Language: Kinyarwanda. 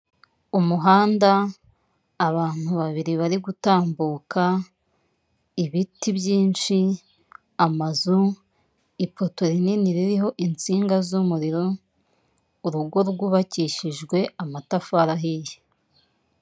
Umuhanda; abantu babiri bari gutambuka; ibiti byinshi; amazu; ipoto rinini ririho insinga z'umuriro, urugo rwubakishijwe amatafari ahiye.